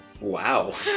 Wow